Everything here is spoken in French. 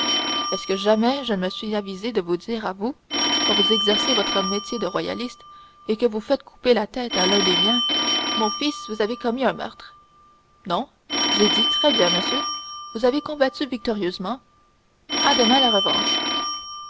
est-ce que jamais je me suis avisé de vous dire à vous quand vous exercez votre métier de royaliste et que vous faites couper la tête à l'un des miens mon fils vous avez commis un meurtre non j'ai dit très bien monsieur vous avez combattu victorieusement à demain